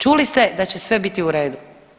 Čuli ste da će sve biti u redu.